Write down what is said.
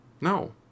No